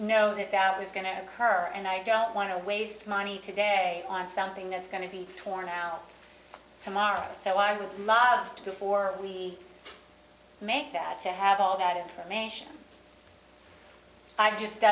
know that that was going to occur and i don't want to waste my money today on something that's going to be torn out tomorrow so i would love to before we make that to have all that information i